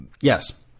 Yes